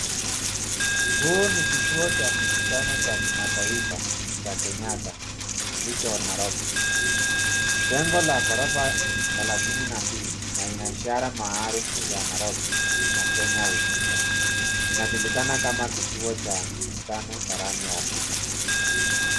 Huu ni Kituo cha Mikutano cha Kimataifa cha Kenyatta kilicho Nairobi. Jengo la ghorofa thelathini na mbili na ina ishara maarufu ya Nairobi na Kenya kwa jumla. Inajulikana kama kituo cha mkutano barani Afrika.